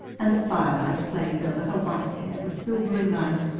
and the firelight played over her white hair with silvery lights,